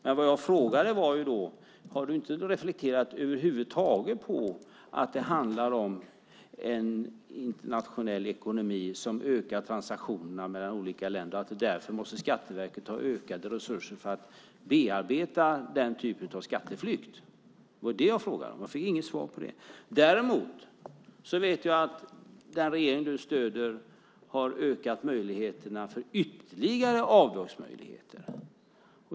Men det jag frågade var: Har du inte reflekterat över huvud taget över att det handlar om en internationell ekonomi som ökar transaktionerna mellan olika länder och att Skatteverket därför måste ha ökade resurser för att bearbeta den typen av skatteflykt? Det var det jag frågade, men jag fick inget svar på det. Däremot vet jag att den regering du stöder har ökat möjligheterna för ytterligare avdrag.